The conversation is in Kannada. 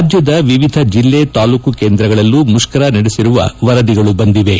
ರಾಜ್ಯದ ವಿವಿಧ ಜಿಲ್ಲೆ ತಾಲೂಕು ಕೇಂದ್ರಗಳಲ್ಲೂ ಮುಷ್ತರ ನಡೆಸಿರುವ ವರದಿಗಳು ಬಂದಿವೆ